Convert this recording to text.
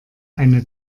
eine